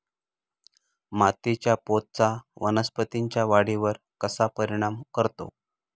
मातीच्या पोतचा वनस्पतींच्या वाढीवर कसा परिणाम करतो?